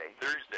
Thursday